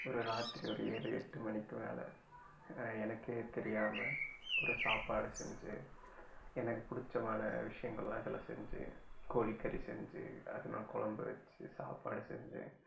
ஒரு இராத்திரி ஒரு ஏழு எட்டு மணிக்கு மேலே எனக்கே தெரியாமல் ஒரு சாப்பாடு செஞ்சு எனக்கு பிடிச்சமான விஷயங்கள்லாம் இதில் செஞ்சு கோழிக்கறி செஞ்சு அதலாம் குழம்பு வச்சு சாப்பாடு செஞ்சு